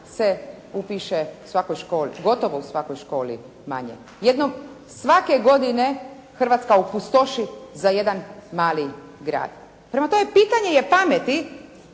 se upiše gotovo u svakoj školi manje. Svake godine se Hrvatska opustoši za jedan mali grad. Prema tome, pitanje je pameti